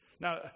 now